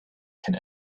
can